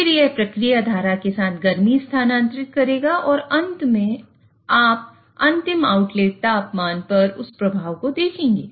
फिर यह प्रक्रिया धारा के साथ गर्मी स्थानांतरित करेगा और अंत में आप अंतिम आउटलेट तापमान पर उस प्रभाव को देखेंगे